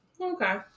Okay